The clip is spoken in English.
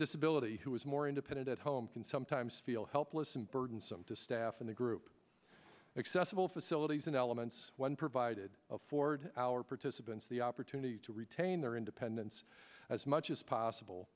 disability who is more independent at home can sometimes feel helpless and burdensome to staff in the group accessible facilities and elements one provided afford our participants the opportunity to retain their independence as much as possible